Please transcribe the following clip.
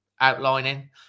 outlining